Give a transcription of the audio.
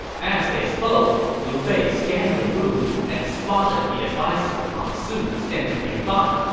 as they spoke, liu bei scanned the room and spotted the adviser ma su standing nearby.